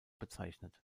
bezeichnet